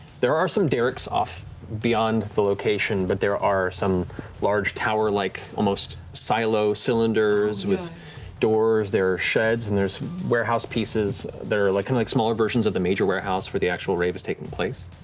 there are some derricks off beyond the location, but there are some large tower-like, almost silo cylinders with doors. there are sheds and there's warehouse pieces that are like and like smaller versions of the major warehouse where the actual rave is taking place.